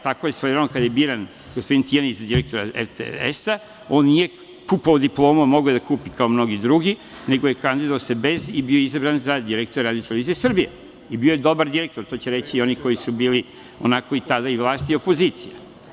Tako je svojevremeno kada je biran gospodin Tijanić za direktora RTS-a, on nije kupovao diplome, a mogao je da je kupi kao mnogi drugi, nego se kandidovao bez i bio izabran za direktora RTS, i bio je dobar direktor, to će reći i oni koji su bili tada i vlast i opozicija.